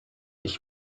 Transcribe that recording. ich